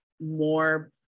more